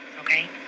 Okay